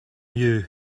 you